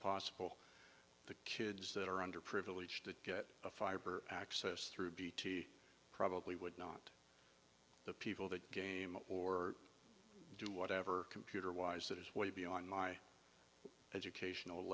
possible the kids that are under privileged to get a fiber access through bt probably would not the people the game or do whatever computer wise that is way beyond my educational